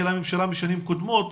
של הממשלה משנים קודמות.